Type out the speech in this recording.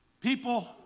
People